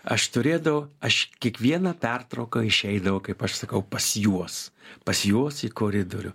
aš turėdavau aš kiekvieną pertrauką išeidavau kaip aš sakau pas juos pas juos į koridorių